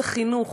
זה חינוך,